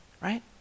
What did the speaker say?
Right